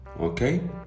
Okay